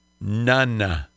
None